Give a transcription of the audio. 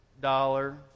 dollar